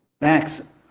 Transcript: Max